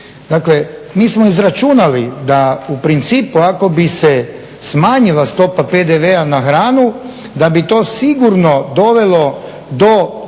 Dakle mi smo izračunali da u principu ako bi se smanjila stopa PDV-a na hranu da bi to sigurno dovelo do